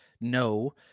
No